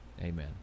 amen